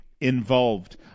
involved